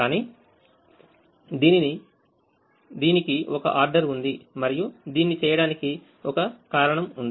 కానీ దీనికి ఒక ఆర్డర్ ఉంది మరియు దీన్ని చేయడానికి ఒక కారణం ఉంది